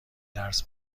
درس